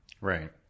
Right